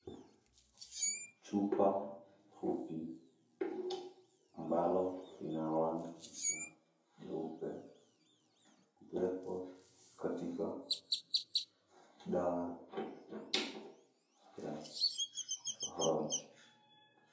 Chupa fupi ambalo lina rangi jeupe limewekwa katika dawa ya kifaa hiki.